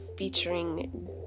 Featuring